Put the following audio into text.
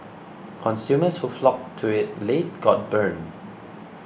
consumers who flocked to it late got burned